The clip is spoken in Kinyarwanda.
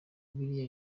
bibiliya